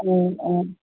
অঁ অঁ